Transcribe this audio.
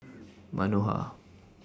Manohar